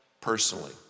personally